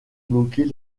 bloquer